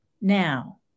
now